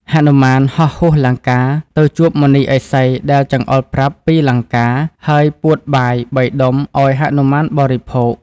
ហនុមានហោះហួសលង្កា ទៅជួបមុនីឥសីដែលចង្អុលប្រាប់ពីលង្កា ហើយពួតបាយ ៣ដុំឱ្យហនុមានបរិភោគ។